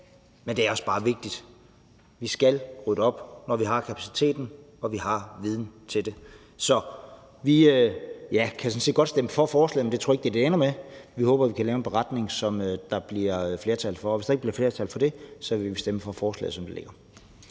men det er også bare vigtigt. Vi skal rydde op, når vi har kapacitet og viden til det. Så vi kan sådan set godt stemme for forslaget, men jeg tror ikke, at det er det, det ender med. Vi håber, at vi kan lave en beretning, som der bliver flertal for. Hvis der ikke bliver flertal for det, vil vi stemme for forslaget, som det ligger.